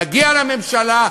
נגיע לממשלה,